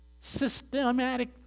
systematic